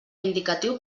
indicatiu